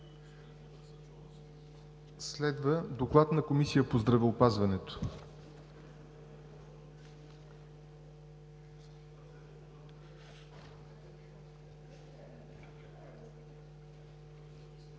Следва Доклад на Комисията по здравеопазването.